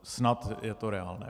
Snad je to reálné.